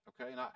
Okay